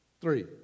three